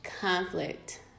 conflict